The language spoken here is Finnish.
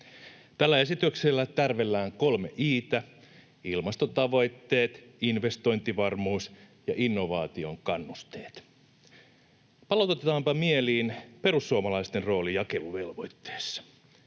Tällä esityksellä tärvellään kolme I:tä: ilmastotavoitteet, investointivarmuus ja innovaation kannusteet. Palautetaanpa mieliin perussuomalaisten rooli jakeluvelvoitteessa.